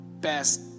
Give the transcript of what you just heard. best